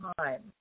time